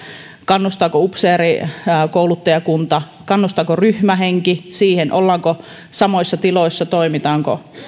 kannustaako upseerikouluttajakunta kannustaako ryhmähenki siihen ollaanko ja toimitaanko samoissa tiloissa